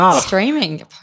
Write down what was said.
Streaming